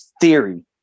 theory